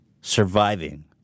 surviving